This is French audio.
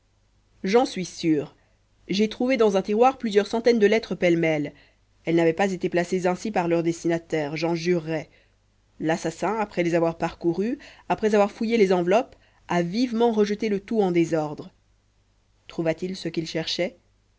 j'en suis sûr j'ai trouvé dans un tiroir plusieurs centaines de lettres pêle-mêle elles n'avaient pas été placées ainsi par leur destinataire j'en jurerais l'assassin après les avoir parcourues après avoir fouillé les enveloppes a vivement rejeté le tout en désordre trouva-t-il ce qu'il cherchait